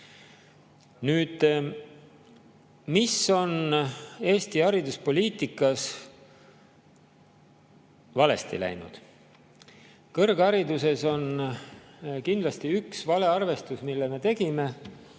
Nüüd, mis on Eesti hariduspoliitikas valesti läinud? Kõrghariduses on kindlasti üks valearvestus, mille me tegime,